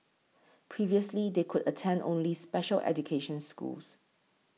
previously they could attend only special education schools